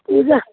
पुजाह